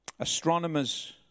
Astronomers